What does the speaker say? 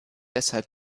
deshalb